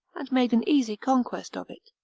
and made an easy conquest of it.